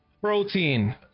protein